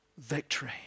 Victory